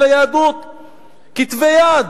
כתבי יד